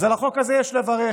על החוק הזה יש לברך,